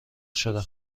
شدم